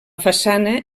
façana